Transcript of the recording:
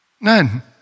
None